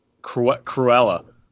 cruella